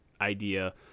idea